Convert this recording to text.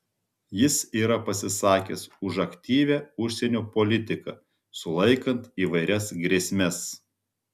jis yra pasisakęs už aktyvią užsienio politiką sulaikant įvairias grėsmes